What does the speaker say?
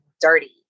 dirty